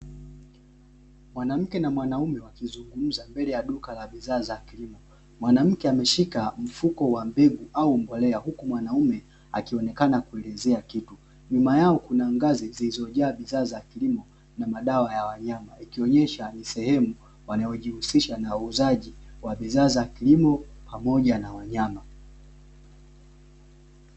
Mwanamke na mwanaume wakizungumza mbele ya duka la bidhaa za kilimo, mwanamke ameshika mfuko wa mbegu au mbolea huku mwanaume akionekana kuelezea kitu, nyuma yao kuna ngazi zilizojaa bidhaa za kilimo na madawa ya wanyama ikionyesha ni sehemu wanayojihusisha na uuzaji wa bidhaa za kilimo pmoja na wanyama.